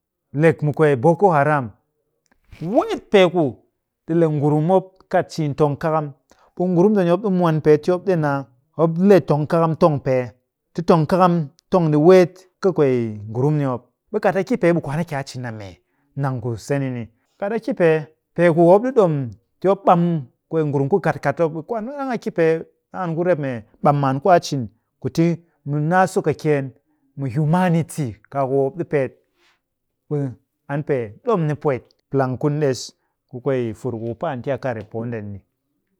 Lek mu kwee boko haram. Weet pee ku ɗi le ngurum mop kat ciin tong kakam, ɓe ngurum ndeni mop ɗi mwan pee ti mop ɗi naa mop le tong kakam tong pee. Ti tong kakam tong ɗi weet kɨ kwee ngurum ni mop. Ɓe kat a ki pee ɓe kwaan a ki a cin a mee? Nang kuse ni ni. Kat a ki pee, peeku mop ɗi ɗom ti mop ɓam kwee ngurum ku katkat mop, ɓe kwaan ma ɗang a ki pee, ɗang an ku rep mee ɓam maan ku a cin ku ti mu naa sokɨkyeen mu humanity kaaku mop ɗi peet, ɓe an pee ɗom ni pwet. Plang kun ɗes ku kwee fur ku ku pɨ an ti a kat rep poo ndeni.